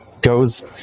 goes